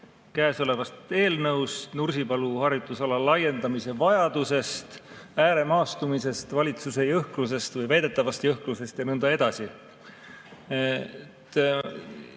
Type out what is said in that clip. käesolevast eelnõust, Nursipalu harjutusala laiendamise vajadusest, ääremaastumisest, valitsuse jõhkrusest või väidetavast jõhkrusest ja nõnda edasi.